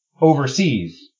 overseas